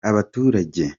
abaturage